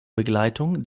begleitung